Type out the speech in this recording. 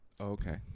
Okay